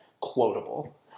quotable